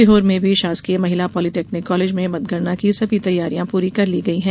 सीहोर में भी शासकीय महिला पॉलिटेक्निक कॉलेज में मतगणना की सभी तैयारियां पूरी कर ली गई हैं